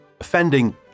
offending